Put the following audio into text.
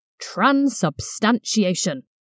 transubstantiation